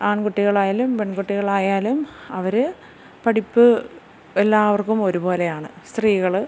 ആൺകുട്ടികളായാലും പെൺകുട്ടികളായാലും അവര് പഠിപ്പ് എല്ലാവർക്കും ഒരുപോലെയാണ് സ്ത്രീകള്